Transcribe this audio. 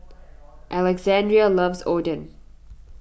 Alexandria loves Oden